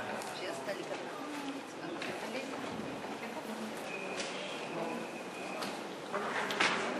ההצעה להעביר את הצעת התקשורת (בזק ושידורים) (תיקון,